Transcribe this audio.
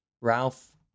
Ralph